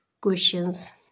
questions